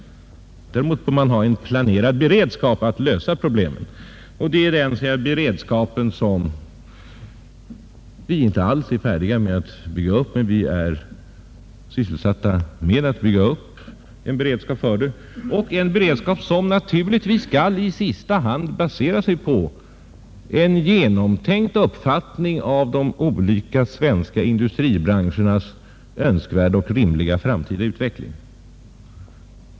Däremot måste man ha en beredskap för att lösa problemen. Den beredskapen är vi inte alls färdiga med ännu, men vi är sysselsatta med att bygga upp en beredskap som givetvis i sista hand skall basera sig på en genomtänkt uppfattning av de olika svenska industribranschernas önskvärda och rimliga framtida utveckling.